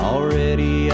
Already